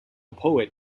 poet